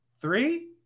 Three